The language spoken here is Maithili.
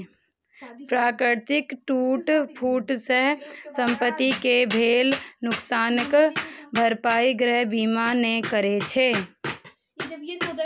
प्राकृतिक टूट फूट सं संपत्ति कें भेल नुकसानक भरपाई गृह बीमा नै करै छै